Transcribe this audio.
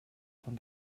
von